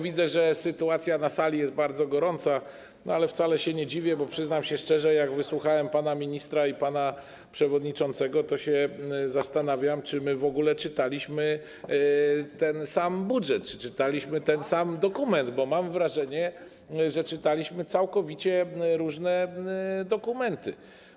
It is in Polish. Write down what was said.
Widzę, że sytuacja na sali jest bardzo gorąca, ale wcale się nie dziwię, bo przyznam szczerze, że jak wysłuchałem pana ministra i pana przewodniczącego, to się zastanawiam, czy my w ogóle czytaliśmy ten sam budżet, czy czytaliśmy ten sam dokument, bo mam wrażenie, że czytaliśmy całkowicie różne dokumenty.